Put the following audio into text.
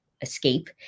escape